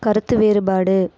கருத்து வேறுபாடு